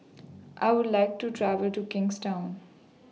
I Would like to travel to Kingstown